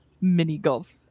mini-golf